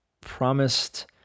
promised